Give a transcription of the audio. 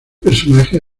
personaje